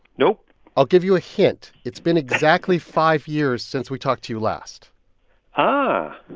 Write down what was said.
nope i'll give you a hint. it's been exactly five years since we talked to you last ah,